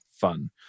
fun